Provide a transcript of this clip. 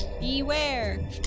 Beware